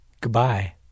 Goodbye